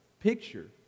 picture